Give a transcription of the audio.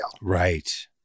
Right